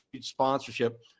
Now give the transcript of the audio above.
sponsorship